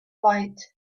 light